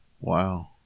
Wow